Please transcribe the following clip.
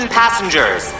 passengers